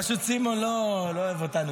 פשוט סימון לא אוהב אותנו,